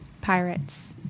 pirates